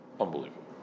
Unbelievable